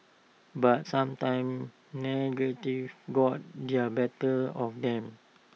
but sometimes negative got their better of them